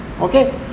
Okay